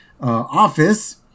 office